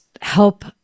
help